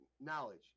knowledge